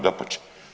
Dapače.